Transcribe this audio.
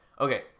Okay